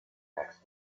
next